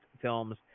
films